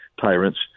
tyrants